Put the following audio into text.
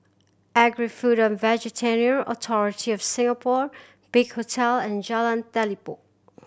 Agri Food and Veterinary Authority of Singapore Big Hotel and Jalan Telipok